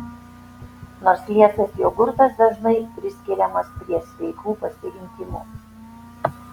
nors liesas jogurtas dažnai priskiriamas prie sveikų pasirinkimų